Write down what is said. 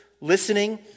listening